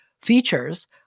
features